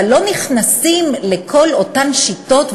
אבל לא נכנסים לכל אותן שיטות.